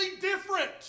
different